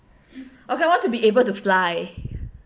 I want to be able to fly